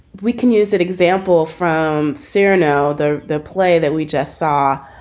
we can use that example from serano, the the play that we just saw